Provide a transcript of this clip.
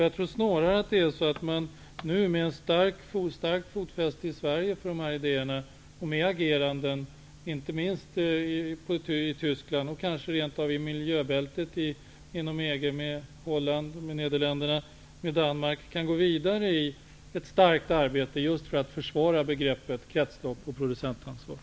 Jag tror snarare att man nu med ett starkt fotfäste i Sverige för de här idéerna och med agerande, inte minst i Tyskland och kanske rent av i miljöbältet inom EG, med Nederländerna, med Danmark, kan gå vidare i ett starkt arbete just för att försvara begreppet kretslopp och producentansvar.